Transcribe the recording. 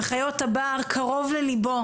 וחיות הבר קרוב לליבו,